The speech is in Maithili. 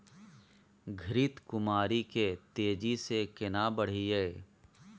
घृत कुमारी के तेजी से केना बढईये?